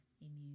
immune